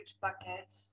bucket